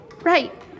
Right